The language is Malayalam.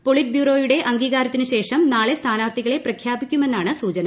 പോളിറ്റ് ബ്യൂറോയുടെ അംഗീകാരത്തിനുശേഷം നാളെ സ്ഥാനാർഥികളെ പ്രഖ്യാപിക്കുമെന്നാണ് സൂചന